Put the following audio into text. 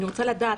אני רוצה לדעת: